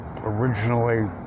originally